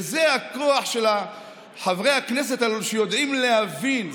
וזה הכוח של חברי הכנסת האלו, שיודעים להבין.